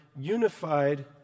unified